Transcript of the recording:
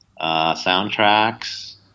soundtracks